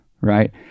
right